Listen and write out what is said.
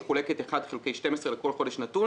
זה מחולק 1/12 לכל חודש נתון.